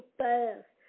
fast